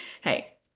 Hey